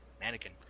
Mannequin